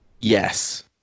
Yes